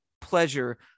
pleasure